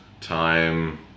time